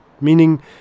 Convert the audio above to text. meaning